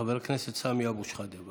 חבר הכנסת סמי אבו שחאדה.